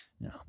no